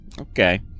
okay